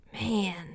Man